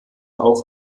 auch